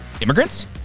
immigrants